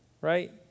right